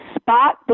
spot